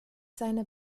seine